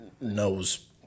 knows